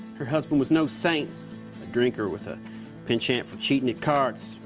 her husband was no saint, a drinker with a penchant for cheating at cards,